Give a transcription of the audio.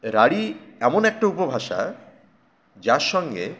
রাঢ়ী এমন একটা উপভাষা যার সঙ্গে